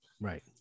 right